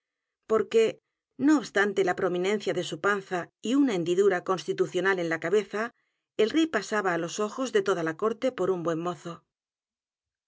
porque no obstante la prominencia de su panza y u n a hendidura constitucional en la cabeza el rey pasaba á los ojos de toda la corte por un buen mozo